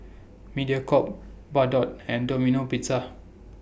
Mediacorp Bardot and Domino Pizza